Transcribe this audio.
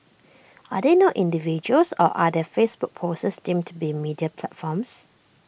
are they not individuals or are their Facebook posts deemed to be media platforms